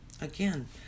again